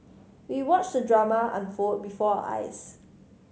we watched the drama unfold before our eyes